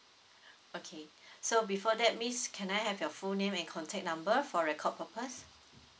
okay so before that miss can I have your full name and contact number for record purpose